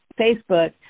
Facebook